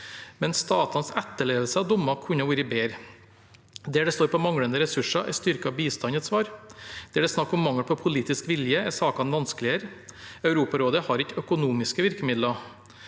men statens etterlevelse av dommer kunne vært bedre. Der det står på manglende ressurser, er styrket bistand et svar. Der det er snakk om mangel på politisk vilje, er sakene vanskeligere. Europarådet har ikke økonomiske virkemidler.